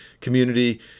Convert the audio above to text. community